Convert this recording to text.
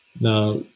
Now